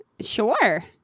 Sure